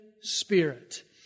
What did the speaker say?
Spirit